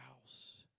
house